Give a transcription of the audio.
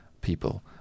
people